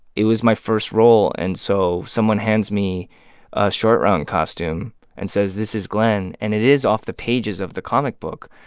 it was my first role. and so someone hands me a short round costume and says, this is glenn. and it is off the pages of the comic book,